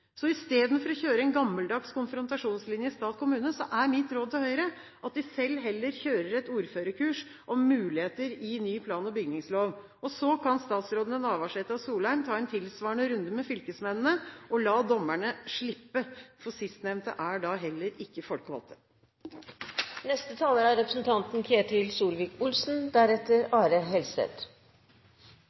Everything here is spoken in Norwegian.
Så i stedet for å kjøre en gammeldags konfrontasjonslinje stat–kommune er mitt råd til Høyre at de selv heller kjører et ordførerkurs om muligheter i ny plan- og bygningslov. Så kan statsrådene Navarsete og Solheim ta en tilsvarende runde med fylkesmennene og la dommerne slippe. Sistnevnte er da heller ikke folkevalgte.